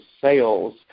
sales